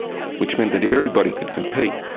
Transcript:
which meant that if everybody could compete,